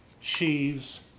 sheaves